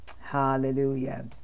hallelujah